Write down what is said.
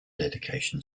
dedication